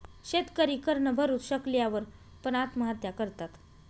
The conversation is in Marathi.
शेतकरी कर न भरू शकल्या वर पण, आत्महत्या करतात